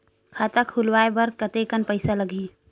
खाता खुलवाय बर कतेकन पईसा लगही?